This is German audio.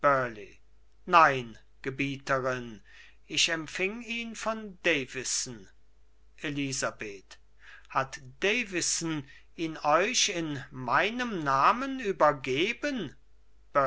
nein gebieterin ich empfing ihn von davison elisabeth hat davison ihn euch in meinem namen übergeben